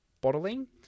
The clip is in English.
bottling